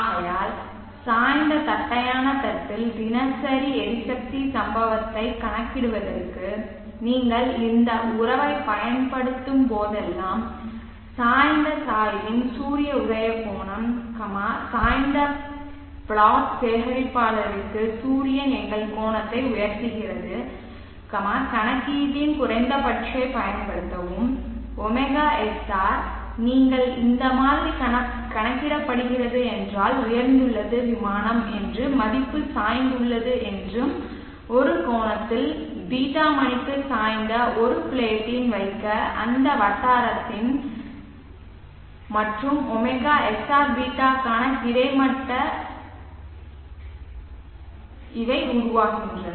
ஆகையால் சாய்ந்த தட்டையான தட்டில் தினசரி எரிசக்தி சம்பவத்தை கணக்கிடுவதற்கு நீங்கள் இந்த உறவைப் பயன்படுத்தும்போதெல்லாம் சாய்ந்த சாய்வின் சூரியன் உதயக் கோணம் சாய்ந்த பிளாட் பிளேட் சேகரிப்பாளருக்கு சூரியன் எங்கள் கோணத்தை உயர்த்துகிறது கணக்கீட்டின் குறைந்தபட்சத்தைப் பயன்படுத்தவும் ωSR நீங்கள் இந்த மாதிரி கணக்கிடப்படுகிறது என்றால் உயர்ந்துள்ளது விமானம் என்று மதிப்பு சாய்ந்து உள்ளது என்று ஒரு கோணத்தில் ß மணிக்கு சாய்ந்து ஒரு பிளேட்டின் வைக்க அந்த வட்டாரத்தின் அந்த வட்டாரத்தின் மற்றும் ωsrß க்கான கிடை மட்ட இவை உருவாகின்றன